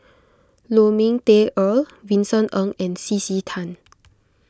Lu Ming Teh Earl Vincent Ng and C C Tan